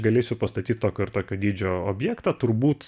galėsiu pastatyt tokio ir tokio dydžio objektą turbūt